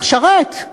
צריך לשרת.